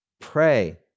pray